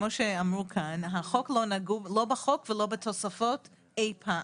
כמו שאמרו כאן לא נגעו לא בחוק ולא בתוספות אי פעם.